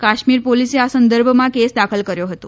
કાશ્મીર પોલીસે આ સંદર્ભમાં કેસ દાખલ કર્યો હતો